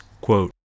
quote